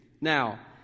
Now